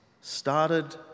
started